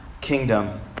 kingdom